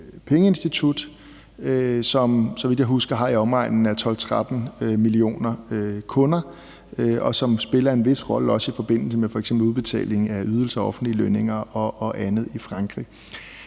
pengeinstitut, som, så vidt jeg husker, har i omegnen af 12-13 millioner kunder, og som også spiller en vis rolle i forbindelse med f.eks. udbetalingen af ydelser og offentlige lønninger og andet i Frankrig.